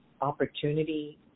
opportunity